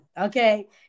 okay